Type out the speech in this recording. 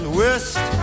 west